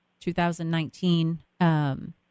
2019